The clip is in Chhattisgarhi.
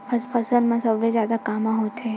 फसल मा सबले जादा कामा होथे?